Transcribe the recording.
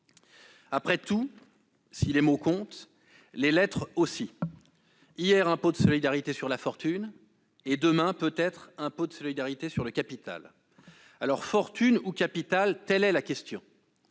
Après tout, si les mots comptent, les lettres aussi ! Hier impôt de solidarité sur la fortune, demain, peut-être, impôt de solidarité sur le capital : fortune ou capital, telle est la question.